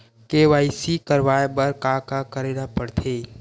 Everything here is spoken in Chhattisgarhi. के.वाई.सी करवाय बर का का करे ल पड़थे?